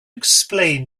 explain